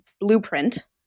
blueprint